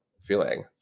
feeling